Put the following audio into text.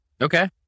Okay